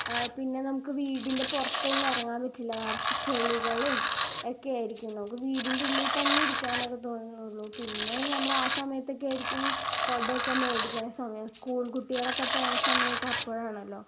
പിന്നെ നമുക്ക് വീടിൻ്റെ പുറത്തൊന്നും ഇറങ്ങാൻ പറ്റില്ല നിറച്ച് ചെളികളും ഒക്കെയായിരിക്കും നമുക്ക് വീടിൻ്റെ ഉള്ളിൽ തന്നെ ഇരിക്കാനക്കെ തോന്നുന്നൊള്ളു പിന്നെ നമ്മളാസമയത്തക്കെയിരിക്കും കൊടേക്കെ മേടിക്കണ സമയം സ്കൂൾ കുട്ടികളക്കെ പോകണ സമയൊക്കെ അപ്പോഴാണല്ലോ